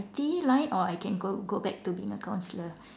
T line or I can go back and be a counsellor